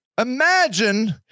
imagine